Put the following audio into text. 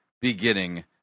beginning